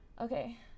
Okay